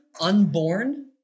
unborn